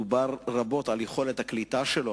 דובר רבות על יכולת הקליטה שלו,